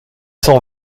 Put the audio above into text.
cent